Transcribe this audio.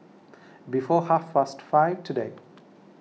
before half past five today